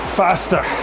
faster